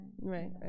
Right